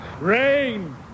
Rain